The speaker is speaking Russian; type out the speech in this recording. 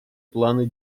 планы